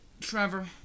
Trevor